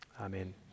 Amen